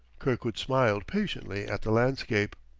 kirkwood smiled patiently at the landscape.